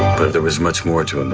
but there was much more to it than